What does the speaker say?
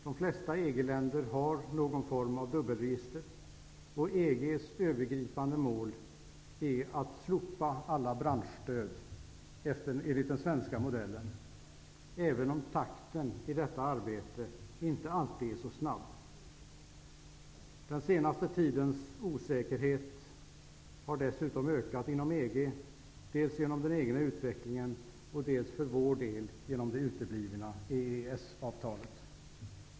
De flesta EG-länder har någon form av dubbelregister, och EG:s övergripande mål är att slopa alla branschstöd enligt den svenska modellen, även om takten i det arbetet inte alltid är så snabb. Den senaste tidens osäkerhet har dessutom ökat inom EG, dels genom den egna utvecklingen, dels för vår egen del genom det uteblivna EES-avtalet.